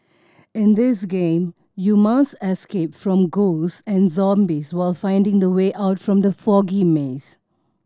in this game you must escape from ghosts and zombies while finding the way out from the foggy maze